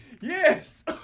Yes